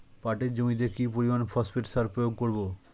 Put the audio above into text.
পাটের জমিতে কি পরিমান ফসফেট সার প্রয়োগ করব?